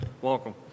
Welcome